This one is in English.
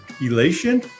elation